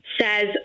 says